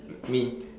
me